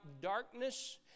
darkness